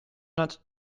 not